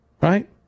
right